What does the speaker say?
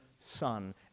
son